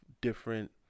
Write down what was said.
different